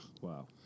Wow